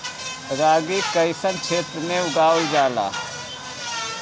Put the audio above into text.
रागी कइसन क्षेत्र में उगावल जला?